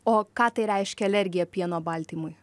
o ką tai reiškia alergija pieno baltymui